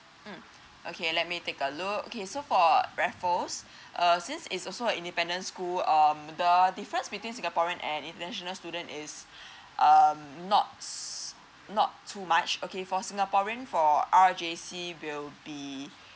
mm okay let me take a look okay so for raffles err since is also a independent school um the difference between singaporean and international student is um not s~ not too much okay for singaporean for R_J_C will be